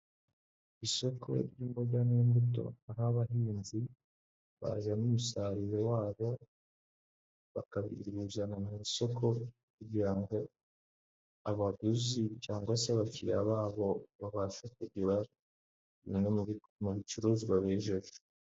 Isoko ry'imboga n'imbuto hari abahinzi bazana'umusaruro wabo bakabazana mu isoko kugira ngo abaguzi cyangwa se abakiriya babo babashe kugura bimwe mu bikomo bicuruzwa bijemo.